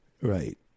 Right